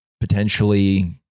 potentially